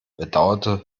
bedauerte